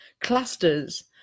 clusters